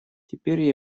теперь